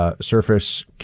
surface